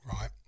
right